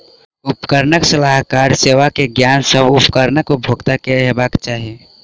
उपकरणक सलाहकार सेवा के ज्ञान, सभ उपकरण उपभोगता के हेबाक चाही